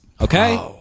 Okay